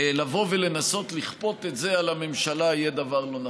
לבוא ולנסות לכפות את זה על הממשלה יהיה דבר לא נכון,